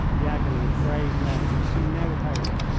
the agony of brave men who see no hope,